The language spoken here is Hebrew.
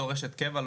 בתור אשת קבע,